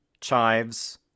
chives